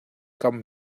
kam